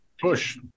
push